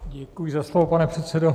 Děkuji za slovo, pane předsedo.